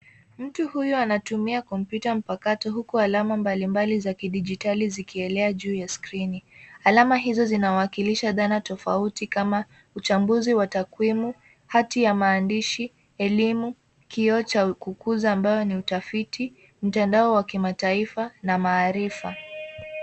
Mtu huyu anatumia kompyuta mpakato huku alama mbalimbali za kidijitali zikielea juu ya skrini. Alama hizo zinawakilisha dhana tofauti kama uchambuzi wa takwimu, hati ya maandishi, elimu, kioo cha kukuza ambayo ni utafiti, mtandao wa kimataifa na maarifa.